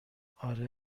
آره